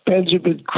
Benjamin